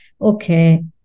okay